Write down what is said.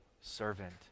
servant